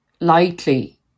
lightly